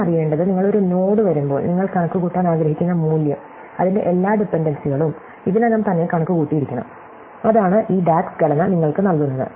നിങ്ങൾ അറിയേണ്ടത് നിങ്ങൾ ഒരു നോഡ് വരുമ്പോൾ നിങ്ങൾ കണക്കുകൂട്ടാൻ ആഗ്രഹിക്കുന്ന മൂല്യം അതിന്റെ എല്ലാ ഡിപൻഡൻസികളും ഇതിനകം തന്നെ കണക്കുകൂട്ടിയിരിക്കണം അതാണ് ഈ DAGS ഘടന നിങ്ങൾക്ക് നൽകുന്നത്